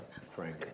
Frank